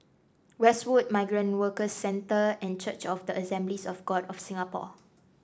Westwood Migrant Workers Centre and Church of the Assemblies of God of Singapore